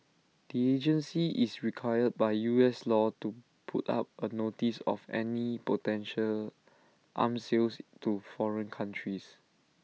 the agency is required by U S law to put up A notice of any potential arm sales to foreign countries